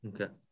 Okay